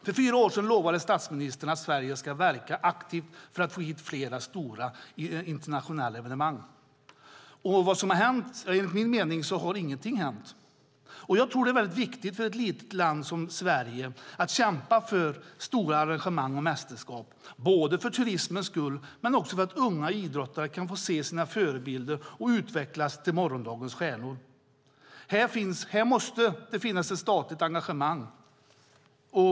För fyra år sedan lovade statsministern att Sverige skulle verka aktivt för att få hit flera stora internationella evenemang. Vad har hänt? Ja, enligt min mening har ingenting hänt. Jag tror att det är viktigt för ett litet land som Sverige att kämpa för stora arrangemang och mästerskap, både för turismens skull och för att unga idrottare ska kunna få se sina förebilder och utvecklas till morgondagens stjärnor. Här måste det finnas ett statligt engagemang.